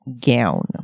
gown